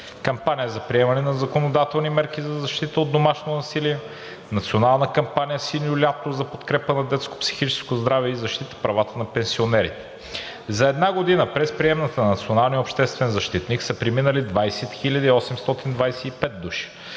Кампания за приемане на законодателни мерки за защита от домашното насилие, Национална кампания „Синьо лято“ за подкрепа на детското психическо здраве и Защита правата на пенсионерите. За една година през приемната на националния